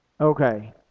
Okay